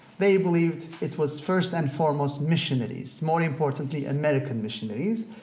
they believed it was first and foremost missionaries, more importantly american missionaries,